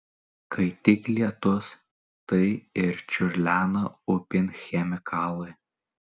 kai tik lietus tai ir čiurlena upėn chemikalai